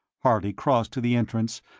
harley crossed to the entrance,